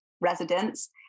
residents